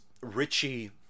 Richie